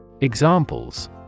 Examples